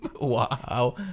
Wow